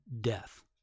death